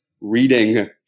reading